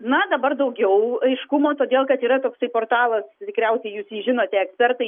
na dabar daugiau aiškumo todėl kad yra toksai portalas tikriausiai jūs jį žinote ekspertai